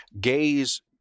gays